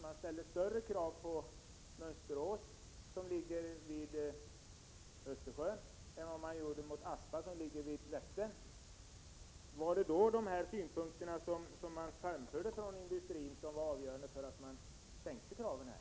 Man ställer större krav på anläggningen i Mönsterås, som ligger vid Östersjön, än på Aspa bruk, som ligger vid Vättern. Var det då de synpunkter som framfördes från industrin som var avgörande när man sänkte kraven?